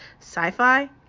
sci-fi